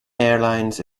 airlines